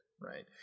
Right